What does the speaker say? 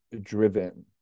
driven